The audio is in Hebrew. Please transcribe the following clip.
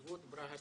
ברהט